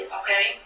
okay